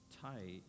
tight